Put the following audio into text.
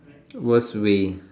worst way